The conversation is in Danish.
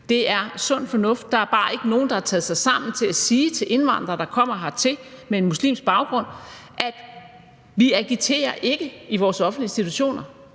det er sund fornuft. Der er bare ikke nogen, der har taget sig sammen til at sige til indvandrere, der kommer hertil med en muslimsk baggrund: Vi agiterer ikke i vores offentlige institutioner.